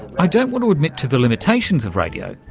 i don't want to admit to the limitations of radio,